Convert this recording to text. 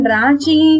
Ranchi